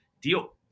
deal